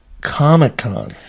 Comic-Con